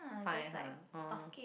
fine [huh] oh